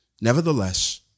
Nevertheless